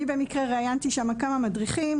אני במקרה ראיינתי שם כמה מדריכים,